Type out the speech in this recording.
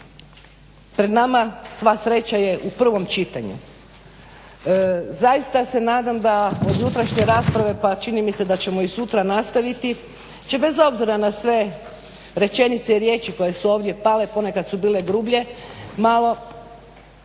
pred nama sva sreća je u prvom čitanju. Zaista se nadam da od jutrošnje rasprave pa čini mi se da ćemo i sutra nastaviti će bez obzira na sve rečenice i riječi koje su ovdje pale, ponekad su bile grublje malo,